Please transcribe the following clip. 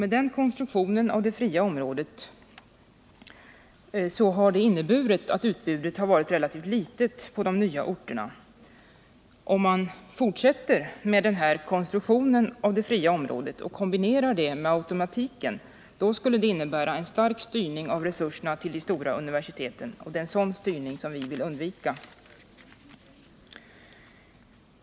Den konstruktionen av det fria området har medfört ett relativt litet utbud på de nya orterna. Om man fortsätter med den här konstruktionen av det fria området och kombinerar det med automatiken, då skulle det innebära en stark styrning av resurserna till de stora universiteten, och det är en sådan styrning som vi vill undvika.